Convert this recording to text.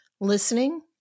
listening